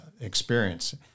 experience